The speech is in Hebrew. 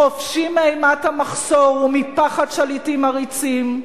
חופשי מאימת המחסור ומפחד שליטים עריצים,